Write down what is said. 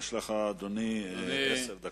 יש לך, אדוני, עשר דקות.